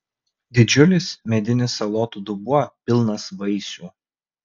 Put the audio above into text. didžiulis medinis salotų dubuo pilnas vaisių